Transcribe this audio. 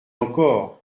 encore